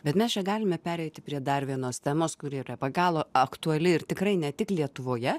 bet mes čia galime pereiti prie dar vienos temos kuri yra be galo aktuali ir tikrai ne tik lietuvoje